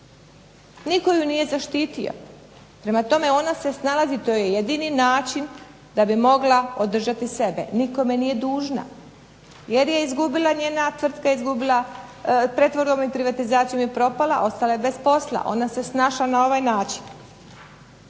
Nitko ju nije zaštitio. Prema tome ona se snalazi, to joj je jedini način da bi mogla održati sebe. Nikome nije dužna. Jer je izgubila, njena tvrtka je izgubila pretvorbom i privatizacijom je propala, a ostala je bez posla. Ona se snašla na ovaj način.